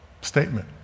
statement